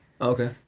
Okay